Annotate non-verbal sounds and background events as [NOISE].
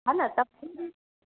हा न [UNINTELLIGIBLE]